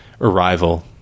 arrival